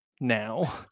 now